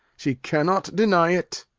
she cannot deny it.